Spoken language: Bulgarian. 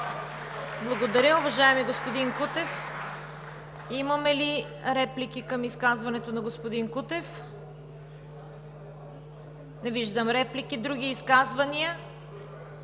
Благодаря, уважаеми господин Кутев. Има ли реплики към изказването на господин Кутев? Не виждам. Заповядайте за